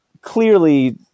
clearly